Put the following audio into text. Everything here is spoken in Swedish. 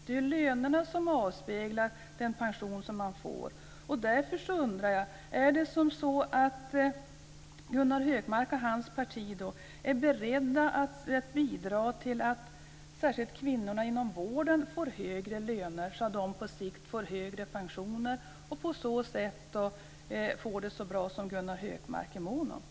Det är lönerna som avspeglar den pension man får. Är Gunnar Hökmark och hans parti beredda att bidra till att särskilt kvinnorna inom vården får högre löner så att de på sikt får högre pensioner och på så sätt får det så bra som Gunnar Hökmark är mån om?